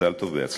מזל טוב, בהצלחה.